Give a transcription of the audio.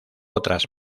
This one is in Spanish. otras